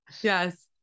Yes